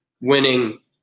winning